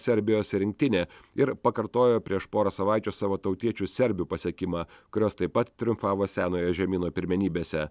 serbijos rinktinė ir pakartojo prieš porą savaičių savo tautiečių serbių pasiekimą kurios taip pat triumfavo senojo žemyno pirmenybėse